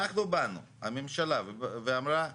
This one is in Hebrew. אנחנו באנו, הממשלה, ואמרה בבקשה,